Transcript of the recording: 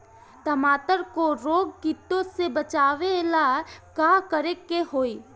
टमाटर को रोग कीटो से बचावेला का करेके होई?